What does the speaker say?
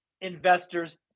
investors